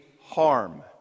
harm